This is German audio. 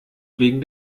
wegen